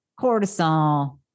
cortisol